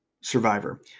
survivor